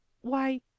Why